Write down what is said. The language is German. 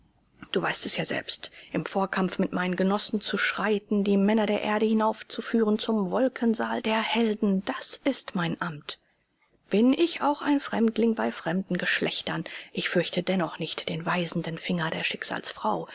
du weißt es ja selbst im vorkampf mit meinen genossen zu schreiten die männer der erde hinaufzuführen zum wolkensaal der helden das ist mein amt bin ich auch ein fremdling bei fremden geschlechtern ich fürchte dennoch nicht den weisenden finger der schicksalsfrau